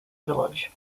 village